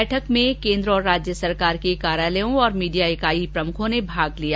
बैठक में केन्द्र तथा राज्य सरकार के कार्यालय और मीडिया इकाइयों प्रमुखों ने भाग लिया